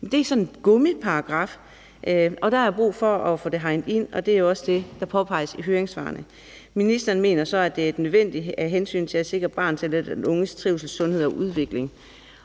Det er sådan en gummiparagraf, og der har jeg brug for at få det hegnet ind, og det er også det, der påpeges i høringssvarene. Ministeren mener så, at det er nødvendigt af hensyn til at sikre barnets eller den unges trivsel, sundhed og udvikling.